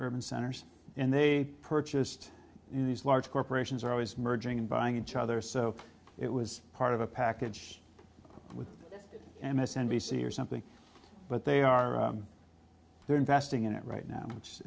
urban centers and they purchased in these large corporations are always merging and buying each other so it was part of a package with m s n b c or something but they are they're investing in it right now which